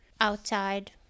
outside